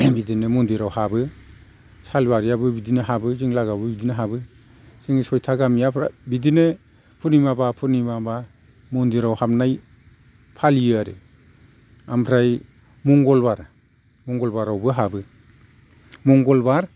बिदिनो मन्दिराव हाबो सालबारियाबो बिदिनो हाबो जों लागोआबो बिदानो हाबो जोंनि सयथा गामिया बिदिनो पुर्निमाब्ला पुर्निमाब्ला मन्दिराव हाबनाय फालियो आरो ओमफ्राय मंगलबार मंगलबारावबो हाबो मंगलबार